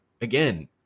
again